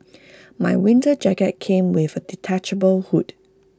my winter jacket came with A detachable hood